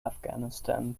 afghanistan